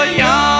young